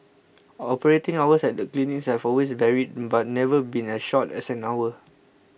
operating hours at the clinics have always varied but never been as short as an hour